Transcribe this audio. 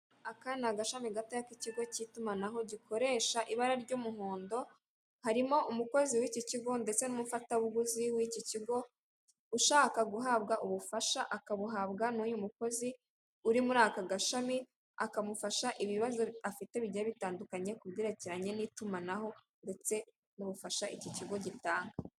Aka ni agashami gatoya k'ikigo cy'itumanaho gikoresha ibara ry'umuhondo. Harimo umukozi w'ikigo kigo ndetse n'umufatabuguzi w'Ikipe kigo, ushaka guhabwa ubufasha, akabuhabwa n'uyu mukozi uri muri aka gashami, akamufasha ibibazo afite bigiye bitandukanye ku byerekeranye n'itumanaho ndetse n'ubufasha iki kigo gitanga.